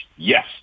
Yes